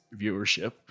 viewership